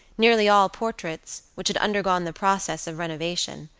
nearly all portraits, which had undergone the process of renovation,